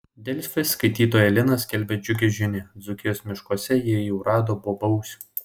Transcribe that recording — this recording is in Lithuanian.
delfi skaitytoja lina skelbia džiugią žinią dzūkijos miškuose ji jau rado bobausių